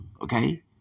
Okay